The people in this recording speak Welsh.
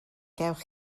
gewch